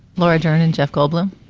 laura dern and jeff goldblum.